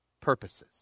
purposes